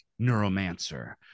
Neuromancer